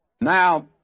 Now